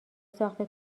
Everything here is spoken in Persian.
ساخته